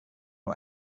nur